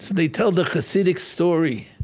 they tell the hasidic story